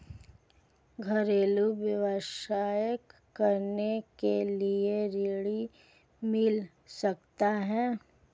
घरेलू व्यवसाय करने के लिए ऋण मिल सकता है?